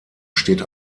steht